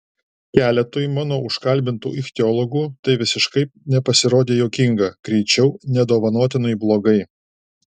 keletui mano užkalbintų ichtiologų tai visiškai nepasirodė juokinga greičiau nedovanotinai blogai